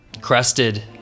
crested